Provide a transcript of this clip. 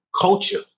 culture